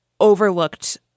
overlooked